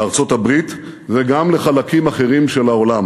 לארצות-הברית וגם לחלקים אחרים של העולם.